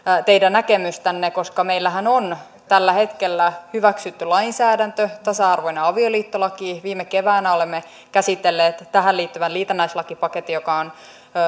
teidän näkemystänne koska meillähän on tällä hetkellä hyväksytty lainsäädäntö tasa arvoinen avioliittolaki viime keväänä olemme käsitelleet tähän liittyvän liitännäislakipaketin joka on